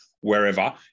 wherever